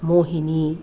मोहिनी